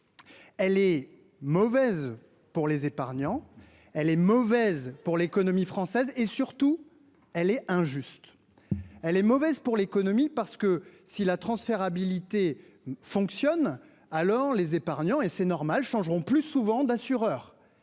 Elle est mauvaise pour les épargnants. Elle est mauvaise pour l'économie française et surtout elle est injuste. Elle est mauvaise pour l'économie parce que si la transférabilité. Fonctionne alors les épargnants et c'est normal changeront plus souvent d'assureurs